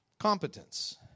competence